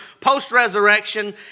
post-resurrection